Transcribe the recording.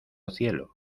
cielo